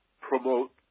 promote